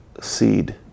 seed